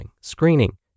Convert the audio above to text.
screening